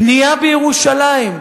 בנייה בירושלים,